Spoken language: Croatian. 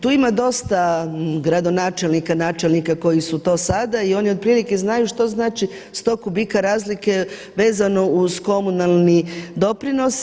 Tu ima dosta gradonačelnika, načelnika koji su to sada i oni otprilike znaju što znači sto kubika razlike vezano uz komunalni doprinos.